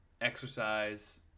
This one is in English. exercise